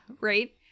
right